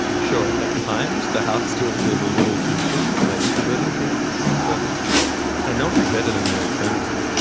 sure, at times the house still feels a little too full for my introverted tastes, but i know it's better than the alternative,